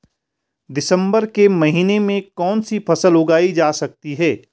दिसम्बर के महीने में कौन सी फसल उगाई जा सकती है?